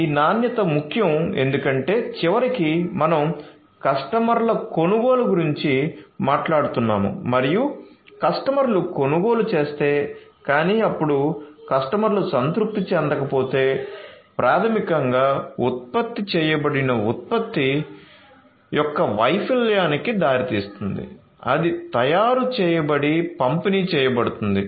ఈ నాణ్యత ముఖ్యం ఎందుకంటే చివరికి మనం కస్టమర్ల కొనుగోలు గురించి మాట్లాడుతున్నాము మరియు కస్టమర్లు కొనుగోలు చేస్తే కానీ అప్పుడు కస్టమర్లు సంతృప్తి చెందకపోతే అప్పుడు ప్రాథమికంగా ఉత్పత్తి చేయబడిన ఉత్పత్తి యొక్క వైఫల్యానికి దారితీస్తుంది అది తయారు చేయబడి పంపిణీ చేయబడుతుంది